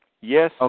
Yes